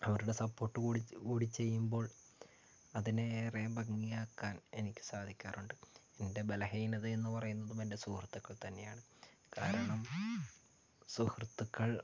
അവരുടെ സപ്പോർട്ടും കൂടെ കൂടി ചെയ്യുമ്പോൾ അതിന് ഏറെ ഭംഗിയാക്കാൻ എനിക്ക് സാധിക്കാറുണ്ട് എൻ്റെ ബലഹീനത എന്ന് പറയുന്നതും എൻ്റെ സുഹൃത്തുക്കൾ തന്നെയാണ് കാരണം സുഹൃത്തുക്കൾ